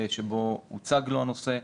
בו הוצג לו הנושא.